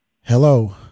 Hello